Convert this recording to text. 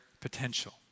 potential